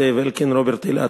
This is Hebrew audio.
זאב אלקין ורוברט אילטוב,